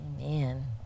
Amen